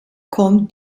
kommt